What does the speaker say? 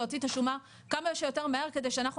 להוציא את השומה כמה שיותר מהר כדי שאנחנו